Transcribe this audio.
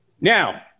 Now